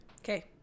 Okay